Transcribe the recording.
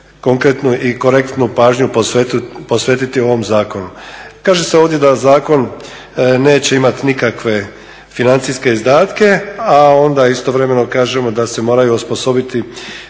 konkretnu i korektnu pažnju posvetiti ovom zakonu. Kaže se ovdje da zakon neće imati nikakve financijske izdatke, a onda istovremeno kažemo da se moraju osposobiti